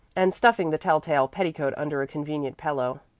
and stuffing the telltale petticoat under a convenient pillow.